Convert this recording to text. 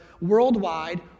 worldwide